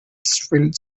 filled